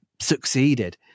succeeded